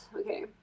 okay